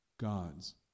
God's